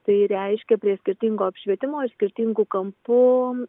tai reiškia prie skirtingo apšvietimo ir skirtingu kampu